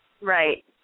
Right